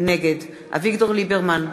נגד אביגדור ליברמן,